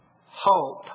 hope